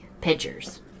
pictures